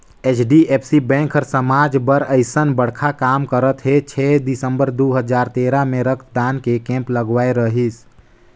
HDFC bank हर समाज बर अइसन बड़खा काम करत हे छै दिसंबर दू हजार तेरा मे रक्तदान के केम्प लगवाए रहीस